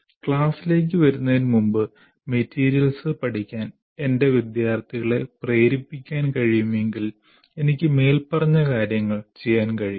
ക്ലാസ്സിലേക്ക് വരുന്നതിനുമുമ്പ് മെറ്റീരിയൽ പഠിക്കാൻ എന്റെ വിദ്യാർത്ഥികളെ പ്രേരിപ്പിക്കാൻ കഴിയുമെങ്കിൽ എനിക്ക് മേല്പറഞ്ഞ കാര്യങ്ങൾ ചെയ്യാൻ കഴിയും